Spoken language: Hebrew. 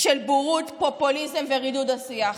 של בורות, פופוליזם ורידוד השיח.